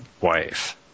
wife